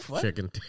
chicken